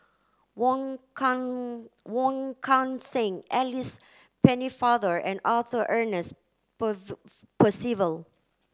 Wong Kan Wong Kan Seng Alice Pennefather and Arthur Ernest Percival